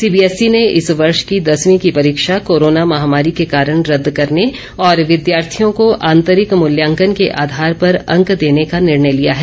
CBSE ने इस वर्ष की दसवी की परीक्षा कोरोना महामारी के कारण रद्द करने और विद्यार्थियों को आंतरिक मूल्यांकन के आधार पर अंक देने का निर्णय लिया है